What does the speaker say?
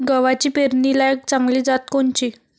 गव्हाची पेरनीलायक चांगली जात कोनची?